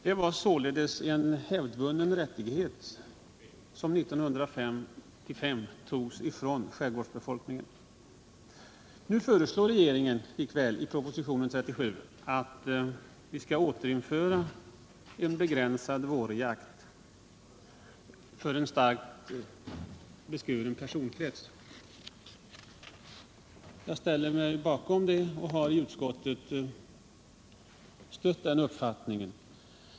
Det var således en hävdvunnen rättighet som 1955 togs ifrån skärgårdsbefolkningen. Nu föreslår regeringen i propositionen 37 att vi skall återinföra en begränsad vårjakt för en starkt beskuren personkrets. Jag har i utskottet stött den uppfattningen, och jag ställer mig bakom förslaget.